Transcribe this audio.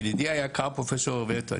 ידידי היקר פרופ' אורביטו,